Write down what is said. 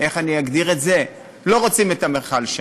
איך אני אגדיר את זה, לא רוצים את המכל שם.